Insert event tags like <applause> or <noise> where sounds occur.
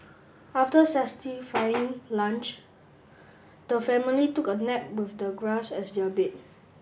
after <unintelligible> <noise> lunch the family took a nap with the grass as their bed